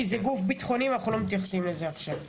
כי זה גוף ביטחוני ואנחנו לא מתייחסים לזה עכשיו.